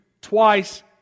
twice